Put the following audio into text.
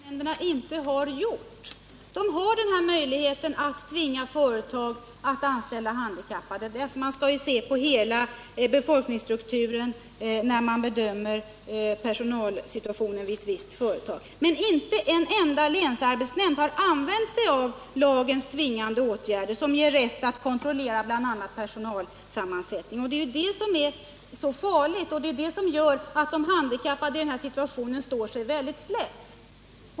Herr talman! Det är ju det som länsarbetsnämnderna inte har gjort! De har möjligheten att tvinga företag att anställa även handikappade, eftersom man skall se på hela befolkningsstrukturen när man bedömer personalsituationen vid ett visst företag. Men inte en enda länsarbetsnämnd har använt lagens tvingande åtgärder, som ger rätt att kontrollera bl.a. personalsammansättningen. Det är det som är så farligt och som medför att handikappade personer i denna situation står sig slätt.